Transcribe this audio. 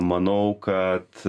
manau kad